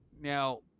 now